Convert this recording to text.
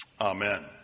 Amen